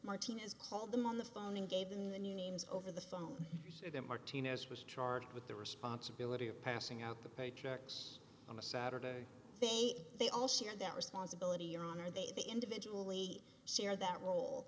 martinez called them on the phone and gave the new names over the phone that martinez was charged with the responsibility of passing out the paychecks on a saturday they they all share that responsibility your honor they individually share that role